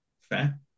fair